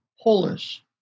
Polish